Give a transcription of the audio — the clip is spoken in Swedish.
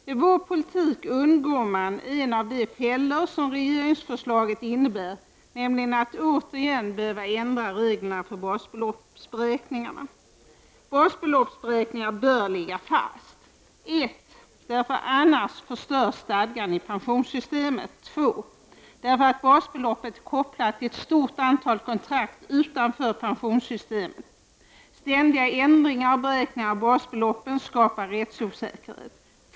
Med vår politik undgår man en av de fällor som regeringsförslaget innebär, nämligen att reglerna för basbeloppet återigen måste ändras. Basbeloppsberäkningarna bör ligga fast: därför att stadgan i pensionssystemet annars förstörs, 2. därför att basbeloppet är kopplat till ett stort antal kontrakt utanför pensionssystemen. Ständiga ändringar av beräkningarna av basbeloppet skapar rättsosäkerhet.